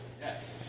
Yes